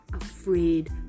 afraid